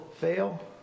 fail